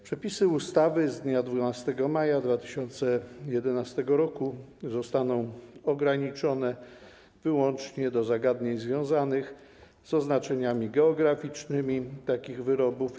Przepisy ustawy z dnia 12 maja 2011 r. zostaną ograniczone wyłącznie do zagadnień związanych z oznaczeniami geograficznymi takich wyrobów.